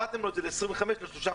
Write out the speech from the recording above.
הורדתם לו את זה ל-25% לשלושה חודשים.